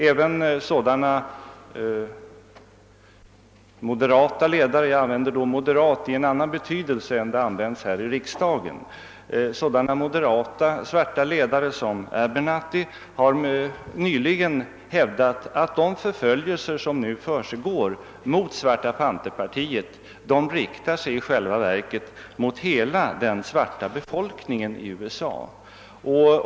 Även en så moderat ledare — jag använder härvid ordet »moderat» i en annan betydelse än den här i riksdagen vanliga — som Abernathy har nyligen hävdat att de förföljelser av partiet Svarta pantrarnas medlemmar som nu förekommer i själva verket riktar sig mot hela den svarta befolkningen i USA.